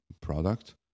product